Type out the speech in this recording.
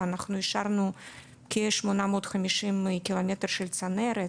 אנחנו אישרנו כ- 850 קילומטר של צנרת,